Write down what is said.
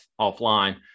offline